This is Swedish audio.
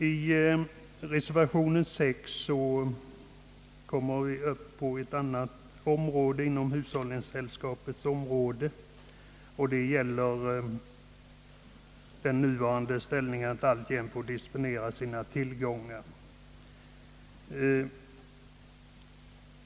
I reservation 6 tas upp ett annat område inom =: hushållningssällskapens verksamhetsfält, nämligen frågan om att sällskapen alltjämt skall få disponera Över sina tillgångar.